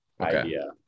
idea